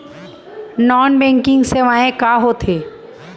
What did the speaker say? Non banking सेवाएं का होथे?